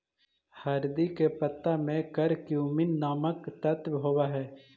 हरदी के पत्ता में करक्यूमिन नामक तत्व होब हई